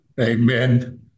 Amen